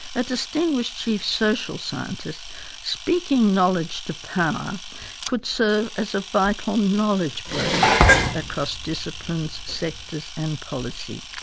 a distinguished chief social scientist speaking knowledge to power could serve as a vital knowledge broker across disciplines, sectors and policy.